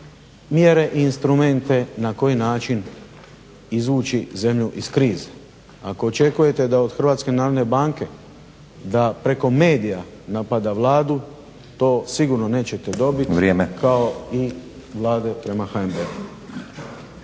mjere i instrumente na koji način izvući zemlju iz krize. Ako očekujete da od HNB-a da preko medija napada Vladu … /Upadica: Vrijeme./ …. To sigurno nećete dobiti kao i Vlade prema HNB-u.